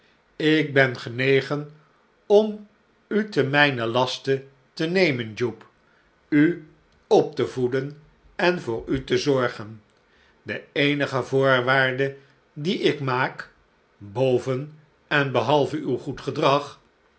ik ben genegen om u te mijnen cecilia jupe verlaat het gezelschap laste te nemen jupe u op te voeden en voor u te zorgen de eenige voorwaarde die ik maak boven en behalve uw goed gedrag